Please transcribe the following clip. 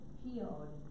healed